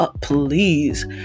please